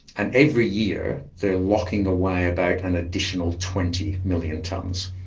and every year they are locking away about an additional twenty million tonnes.